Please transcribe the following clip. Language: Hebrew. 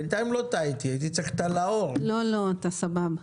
בבקשה, נחמה.